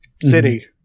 city